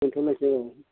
दोनथ'लायनोसै औ